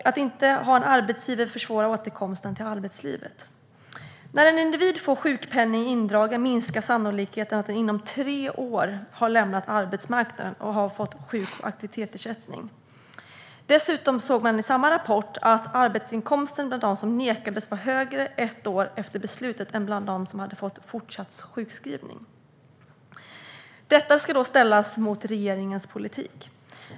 Att inte ha en arbetsgivare försvårar återkomsten till arbetslivet. När någon får sjukpenningen indragen minskar sannolikheten att individen inom tre år har lämnat arbetsmarknaden och fått sjuk och aktivitetsersättning. Dessutom såg man i samma rapport att arbetsinkomsten bland dem som nekades var högre ett år efter beslutet än bland dem som hade fått fortsatt sjukskrivning. Detta ska då ställas mot regeringens politik.